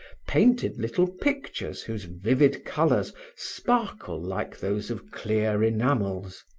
painted little pictures whose vivid colors sparkle like those of clear enamels.